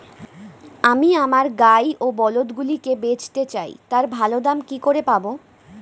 আমি আমার গাই ও বলদগুলিকে বেঁচতে চাই, তার ভালো দাম কি করে পাবো?